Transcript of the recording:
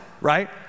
right